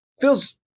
feels